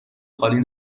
خالی